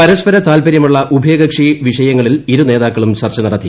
പരസ്പര താല്പര്യമുള്ള ഉഭയകക്ഷി വിഷയങ്ങളിൽ ഇരുനേതാക്കളും ചർച്ച നടത്തി